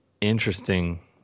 interesting